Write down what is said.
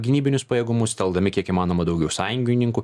gynybinius pajėgumus telkdami kiek įmanoma daugiau sąjungininkų